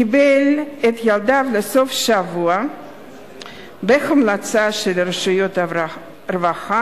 קיבל את ילדיו לסוף-שבוע בהמלצה של רשויות הרווחה,